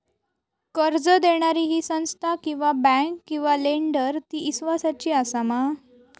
कर्ज दिणारी ही संस्था किवा बँक किवा लेंडर ती इस्वासाची आसा मा?